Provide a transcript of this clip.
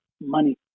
money